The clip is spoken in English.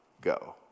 go